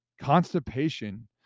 constipation